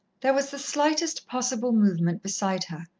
there was the slightest possible movement beside her,